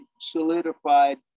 solidified